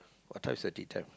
what time you serve tea time